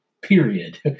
Period